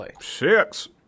six